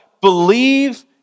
Believe